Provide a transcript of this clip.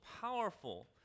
powerful